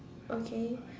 okay